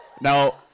now